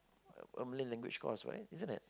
a Malay language course right isn't it